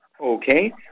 Okay